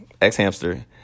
Ex-hamster